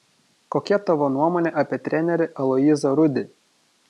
kokia tavo nuomonė apie trenerį aloyzą rudį